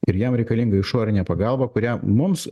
ir jam reikalinga išorinė pagalba kurią mums